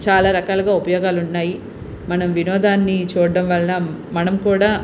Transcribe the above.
చాలా రకాలుగా ఉపయోగాలు ఉన్నాయి మనం వినోదాన్ని చూడడం వలన మనం కూడా